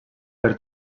per